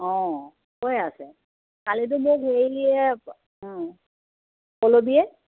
অঁ কৈ আছে কালিতো মোক হেৰিয়ে পল্লৱীয়ে